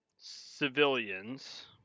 civilians